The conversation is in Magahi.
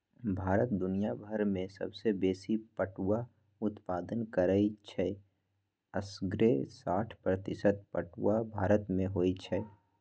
भारत दुनियाभर में सबसे बेशी पटुआ उत्पादन करै छइ असग्रे साठ प्रतिशत पटूआ भारत में होइ छइ